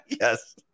Yes